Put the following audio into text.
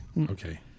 Okay